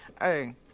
hey